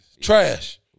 Trash